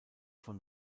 von